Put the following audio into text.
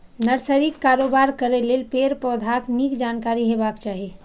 नर्सरीक कारोबार करै लेल पेड़, पौधाक नीक जानकारी हेबाक चाही